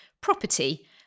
property